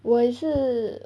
我也是